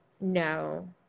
No